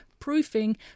Proofing